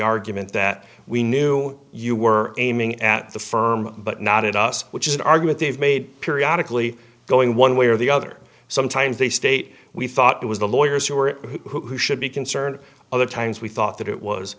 argument that we knew you were aiming at the firm but not at us which is an argument they've made periodic lee going one way or the other sometimes they state we thought it was the lawyers who were it who should be concerned other times we thought that it was